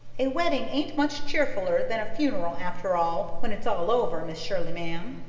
a wedding ain't much cheerfuller than a funeral after all, when it's all over, miss shirley, ma'am.